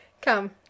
Come